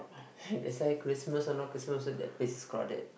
that's why why Christmas or not Christmas also that place is crowded